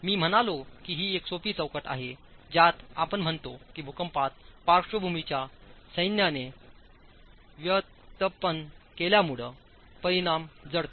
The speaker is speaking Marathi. मी म्हणालो की हीएकसोपी चौकट आहे ज्यात आपण म्हणतो की भूकंपात पार्श्वभूमीच्या सैन्याने व्युत्पन्न केल्यामुळे परिणाम जडते